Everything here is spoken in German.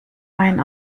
wein